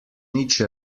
nič